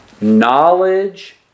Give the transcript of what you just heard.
Knowledge